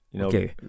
Okay